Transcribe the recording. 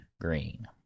Green